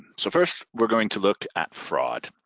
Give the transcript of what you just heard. so first, we're going to look at fraud.